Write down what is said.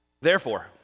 Therefore